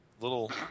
little